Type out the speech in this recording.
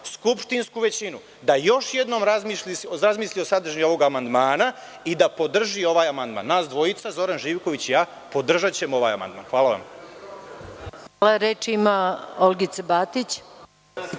skupštinsku većinu da još jednom razmisli o sadržini ovog amandmana i da podrži ovaj amandman. Nas dvojica, Zoran Živković i ja, podržaćemo ovaj amandman. Hvala vam. **Maja Gojković**